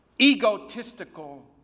egotistical